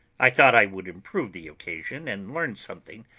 i thought i would improve the occasion and learn something,